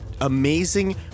amazing